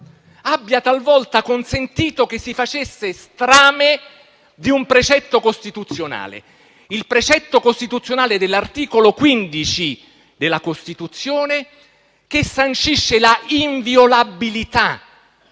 abbia talvolta consentito che si facesse strame di un precetto costituzionale, quello dell'articolo 15 della Costituzione, che sancisce la inviolabilità,